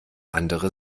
andere